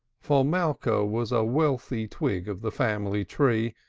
for malka was a wealthy twig of the family tree,